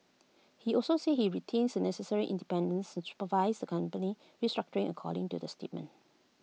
he also said he retains the necessary independence to supervise the company's restructuring according to the statement